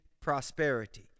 prosperity